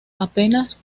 apenas